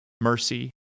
mercy